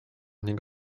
ning